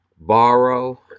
Borrow